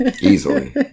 easily